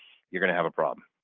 you're going to have a problem.